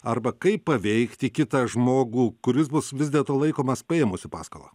arba kaip paveikti kitą žmogų kuris bus vis dėlto laikomas paėmusiu paskolą